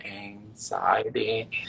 anxiety